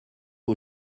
aux